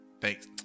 thanks